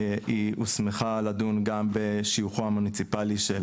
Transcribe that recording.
והיא הוסמכה לדון גם בשיוכו המוניציפאלי של